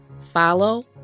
Follow